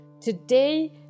Today